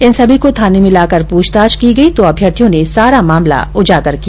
इन सभी को थाने में लाकर पूछताछ की गई तो अभ्यर्थियों ने सारा मामला उजागर किया